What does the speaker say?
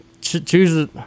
choose